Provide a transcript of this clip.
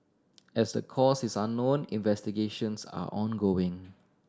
as the cause is unknown investigations are ongoing